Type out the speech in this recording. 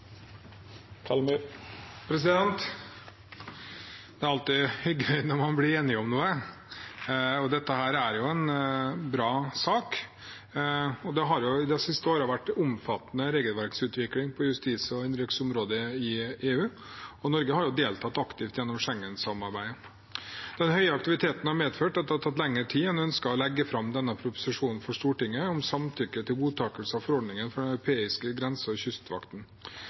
Det er alltid gøy når man blir enig om noe, og dette er jo en bra sak. Det har de siste årene vært en omfattende regelverksutvikling på justis- og innenriksområdet i EU, og Norge har deltatt aktivt gjennom Schengen-samarbeidet. Den store aktiviteten har medført at det har tatt lengre tid enn ønsket å legge fram for Stortinget denne proposisjonen om samtykke til godtakelse av forordningen for den europeiske grense- og kystvakten.